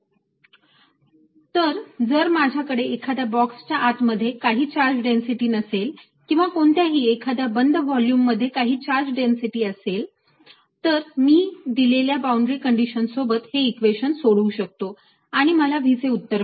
2Vr ρ0 तर जर माझ्याकडे एखाद्या बॉक्स च्या आत मध्ये काही चार्ज डेन्सिटी असेल किंवा कोणत्याही एखाद्या बंद व्हॉल्युम मध्ये काही चार्ज डेन्सिटी असेल तर मी दिलेल्या बाउंड्री कंडीशन सोबत हे इक्वेशन सोडवू शकतो आणि मला V चे उत्तर मिळेल